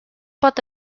pot